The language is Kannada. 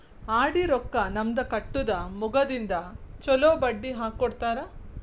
ಆರ್.ಡಿ ರೊಕ್ಕಾ ನಮ್ದ ಕಟ್ಟುದ ಮುಗದಿಂದ ಚೊಲೋ ಬಡ್ಡಿ ಹಾಕ್ಕೊಡ್ತಾರ